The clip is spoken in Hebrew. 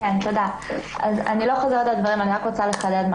אני לא חוזרת על הדברים, אני רק רוצה לחדד.